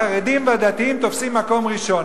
החרדים והדתיים תופסים מקום ראשון,